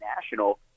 National –